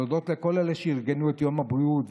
ולהודות לכל אלה שארגנו את יום הבריאות,